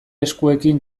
eskuekin